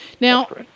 Now